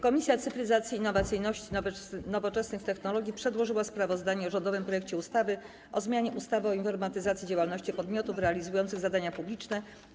Komisja Cyfryzacji, Innowacyjności i Nowoczesnych Technologii przedłożyła sprawozdanie o rządowym projekcie ustawy o zmianie ustawy o informatyzacji działalności podmiotów realizujących zadania publiczne,